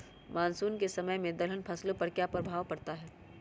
Monsoon के समय में दलहन फसलो पर क्या प्रभाव पड़ता हैँ?